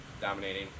dominating